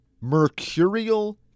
mercurial